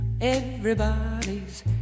Everybody's